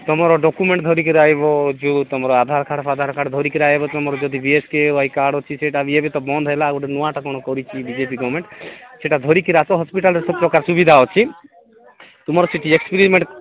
ତୁମର ଡକୁମେଣ୍ଟ୍ ଧରିକିରି ଆସିବ ଯୋଉ ଆଧାର୍ କାର୍ଡ୍ ଫାଧାର କାର୍ଡ୍ ଧରିକିରି ଆସିବ ତୁମର ଯଦି ବିଏସ କେ ୱାଇ କାର୍ଡ୍ ଅଛି ସେଇଟା ବି ଏବେ ତ ବନ୍ଦ ହେଲା ଆଉ ଗୋଟେ ନୂଆଟା କ'ଣ କରିଛି ବି ଜେ ପି ଗମେଣ୍ଟ୍ ସେଇଟା ଧରିକିରି ଆସ ହସ୍ପିଟାଲ୍ରେ ସବୁପ୍ରକାର ସୁବିଧା ଅଛି ତୁମର କିଛି ଏକ୍ସପିରିମେଣ୍ଟ୍